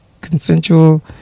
consensual